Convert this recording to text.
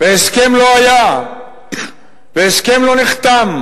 והסכם לא היה והסכם לא נחתם